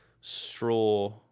straw